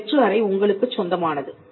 இந்த வெற்று அறை உங்களுக்கு சொந்தமானது